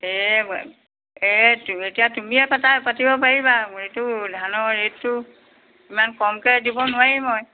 এই এই এতিয়া তুমিয়ে পাতা পাতিব পাৰিবা এইটো ধানৰ ৰে'টটো ইমান কমকৈ দিব নোৱাৰিম মই